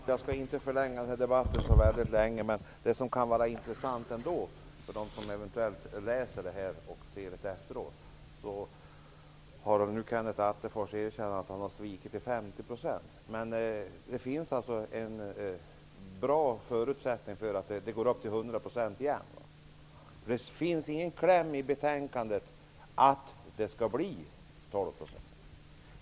Herr talman! Jag skall inte förlänga debatten så mycket mer, men det kan vara intressant för den som läser protokollet att se att Kenneth Attefors erkänt att han ''svikit med 50 %''. Men det finns en förutsättning för att det går upp till 100 % igen. Det finns nämligen ingen kläm i betänkandet att det skall bli 12 % höjning.